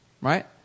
right